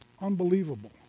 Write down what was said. unbelievable